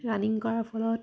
running কৰাৰ ফলত